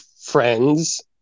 friends